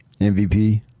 MVP